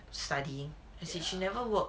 studying as he she never work